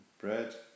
bread